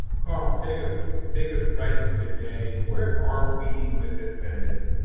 carl, take us take us right today. where are we with this pandemic?